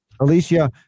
Alicia